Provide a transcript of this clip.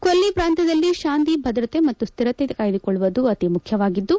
ಕೊಲ್ಲಿ ಪ್ರಾಂತ್ಯದಲ್ಲಿ ಶಾಂತಿ ಭದ್ರತೆ ಮತ್ತು ಸ್ಥಿರತೆ ಕಾಯ್ದುಕೊಳ್ಳುವುದು ಅತಿ ಮುಖ್ಯವಾಗಿದ್ದು